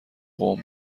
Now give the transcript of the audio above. قوم